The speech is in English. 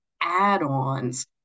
add-ons